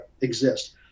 exist